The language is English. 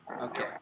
Okay